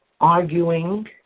arguing